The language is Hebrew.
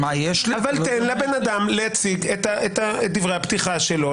תן לבן אדם להציג את דברי הפתיחה שלו,